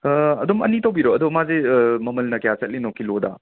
ꯑꯗꯨꯝ ꯑꯅꯤ ꯇꯧꯕꯤꯔꯣ ꯑꯗꯣ ꯃꯥꯁꯦ ꯃꯃꯜꯅ ꯀꯌꯥ ꯆꯠꯂꯤꯅꯣ ꯀꯤꯂꯣꯗ